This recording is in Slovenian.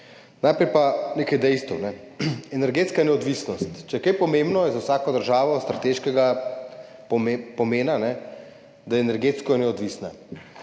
Najprej pa nekaj dejstev. Energetska neodvisnost, če je kaj pomembno, je za vsako državo strateškega pomena, da je energetsko neodvisna.